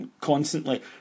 constantly